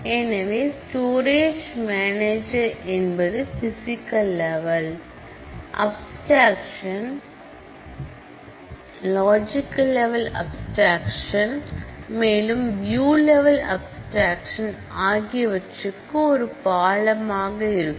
எனவே storage manager என்பது physical level abstraction logical level abstraction மேலும் வியூ லெவல் அப்ஸ்டிரேக்சன் ஆகியவற்றுக்கு ஒரு பாலமாக இருக்கும்